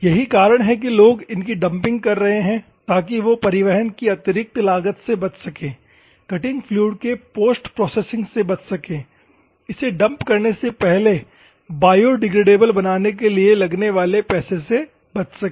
यही कारण है कि लोग इनकी डंपिंग कर रहे हैं ताकि वो परिवहन की अतिरिक्त लागत से बच सके कटिंग फ्लूइड के पोस्ट प्रोसेसिंग से बच सके इसे डंप करने से पहले बायोडिग्रेडेबल बनाने के लिए लगने वाले पैसे से बच सके